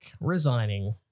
resigning